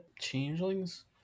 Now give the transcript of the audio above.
changelings